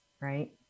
right